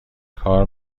کار